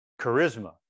charisma